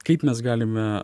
kaip mes galime